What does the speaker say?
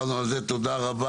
זה חלק אחד.